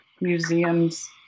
museums